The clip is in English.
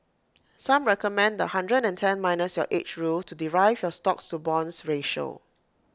some recommend the hundred and ten minus your age rule to derive your stocks to bonds ratio